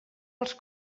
els